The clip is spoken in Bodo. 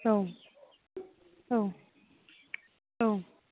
औ औ औ